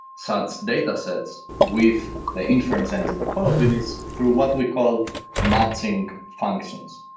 such datasets with the inference engine of holoclean is through what we call matching functions.